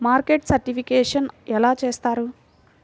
Market certification ఎలా చేస్తారు?